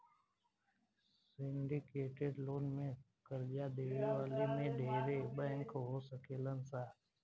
syndicated loan में कर्जा देवे वाला में ढेरे बैंक हो सकेलन सा